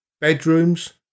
Bedrooms